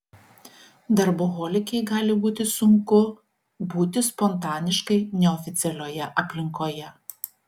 darboholikei gali būti sunku būti spontaniškai neoficialioje aplinkoje